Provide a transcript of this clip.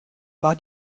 war